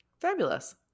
Fabulous